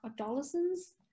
adolescents